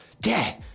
Dad